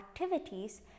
activities